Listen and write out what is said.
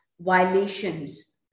violations